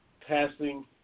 passing